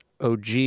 OG